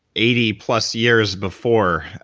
eighty plus years before